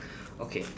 okay